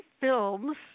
films